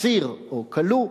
אסיר או כלוא,